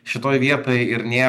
šitoj vietoj ir nėr